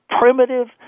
primitive